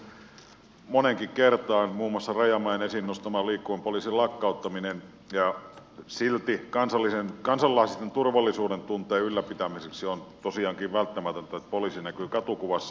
toki organisaatiokin on muuttunut moneenkin kertaan muun muassa rajamäen esiin nostama liikkuvan poliisin lakkauttaminen ja silti kansalaisten turvallisuudentunteen ylläpitämiseksi on tosiaankin välttämätöntä että poliisi näkyy katukuvassa